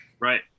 Right